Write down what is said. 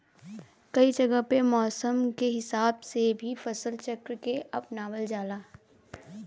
कई जगह पे मौसम के हिसाब से भी फसल चक्र के अपनावल जाला